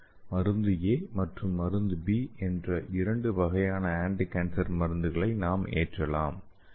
மருந்து ஏ மற்றும் மருந்து பி என்ற இரண்டு வகையான ஆன்டிகான்சர் மருந்துகளை நாம் ஏற்றலாம்